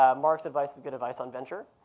ah mark's advice is good advice on venture.